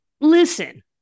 listen